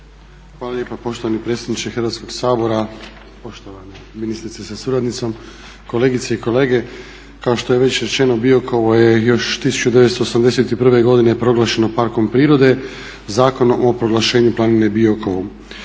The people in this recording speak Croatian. Hvala lijepa poštovani predsjedniče Hrvatskog sabora. Poštovana ministrice sa suradnicom, kolegice i kolege. Kao što je već rečeno, Biokovo je 1981. godine proglašeno parkom prirode Zakonom o proglašenju planine Biokovo.